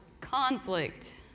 Conflict